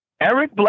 Eric